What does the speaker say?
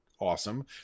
awesome